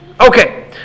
Okay